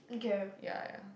yeah yeah